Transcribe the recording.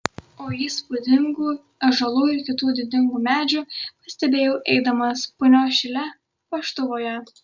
o įspūdingų ąžuolų ir kitų didingų medžių pastebėjau eidamas punios šile paštuvoje